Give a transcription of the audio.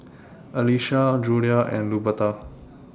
Elisha Julia and Luberta